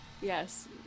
Yes